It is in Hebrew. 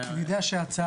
אני יודע שההצעה,